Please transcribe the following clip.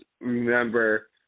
remember